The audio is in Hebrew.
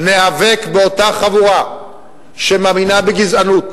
ניאבק באותה חבורה שמאמינה בגזענות,